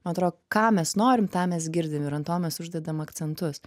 man atrodo ką mes norim tą mes girdim ir ant to mes uždedam akcentus